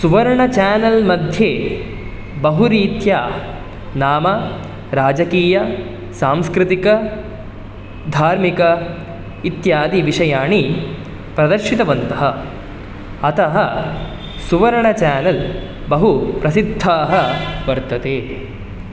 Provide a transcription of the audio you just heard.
सुवर्ण channel मध्ये बहुरीत्या नाम नाम राजकीय सांस्कृतिक धार्मिक इत्यादिविषयाणि प्रदर्शितवन्तः अतः सुवर्ण चानल् बहु प्रसिद्धाः वर्तते